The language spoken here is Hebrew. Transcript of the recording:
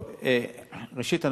ראשית,